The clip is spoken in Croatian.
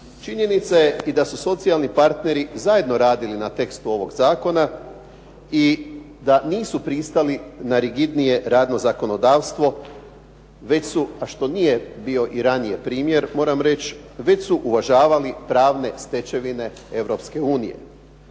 Činjenica je da su socijalni partneri zajedno radili na tekstu ovog zakona i da nisu pristali na rigidnije radno zakonodavstvo, već su a što i nije bio ranije primjer moram reći, već su uvažavali pravne stečevine Europske unije.